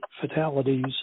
fatalities